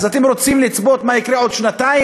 אז אתם רוצים לצפות מה יקרה עוד שנתיים?